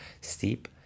steep